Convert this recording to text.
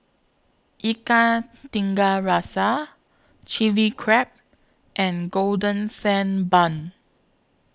Ikan Tiga Rasa Chili Crab and Golden Sand Bun